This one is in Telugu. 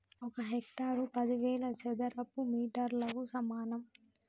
ఒక హెక్టారు పదివేల చదరపు మీటర్లకు సమానం